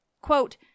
Quote